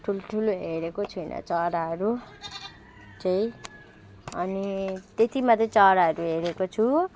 ठुल्ठुलो हेरेको छुइनँ चराहरू चाहिँ अनि त्यत्ति मात्रै चराहरू हेरेको छु